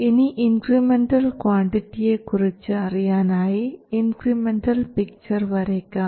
ഇനി ഇൻക്രിമെൻറൽ ക്വാണ്ടിറ്റിയെ കുറിച്ച് അറിയാനായി ഇൻക്രിമെൻറൽ പിക്ചർ വരയ്ക്കാം